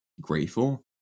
grateful